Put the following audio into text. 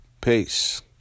Peace